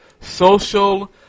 Social